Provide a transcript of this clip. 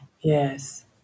Yes